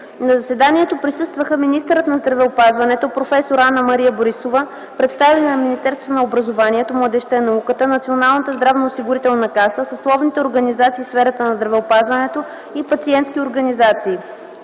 На заседанието присъстваха министърът на здравеопазването проф. Анна-Мария Борисова, представители на Министерството на образованието, младежта и науката, Националната здравноосигурителна каса, съсловните организации в сферата на здравеопазването и пациентски организации.